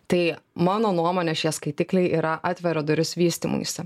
tai mano nuomone šie skaitikliai yra atveria duris vystymuisi